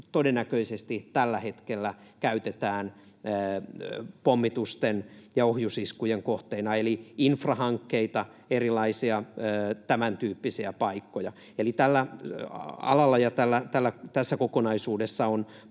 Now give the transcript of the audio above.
todennäköisesti tällä hetkellä käytetään pommitusten ja ohjusiskujen kohteina, eli infrahankkeita, erilaisia tämäntyyppisiä paikkoja. Eli tällä alalla ja tässä kokonaisuudessa on